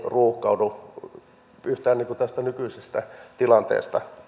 ruuhkaudu yhtään enempää tästä nykyisestä tilanteesta